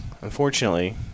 Unfortunately